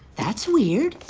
that's weird.